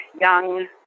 young